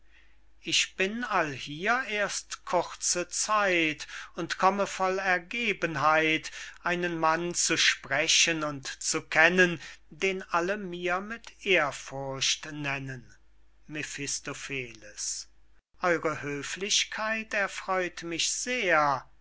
ich bin alhier erst kurze zeit und komme voll ergebenheit einen mann zu sprechen und zu kennen den alle mir mit ehrfurcht nennen mephistopheles eure höflichkeit erfreut mich sehr